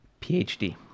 PhD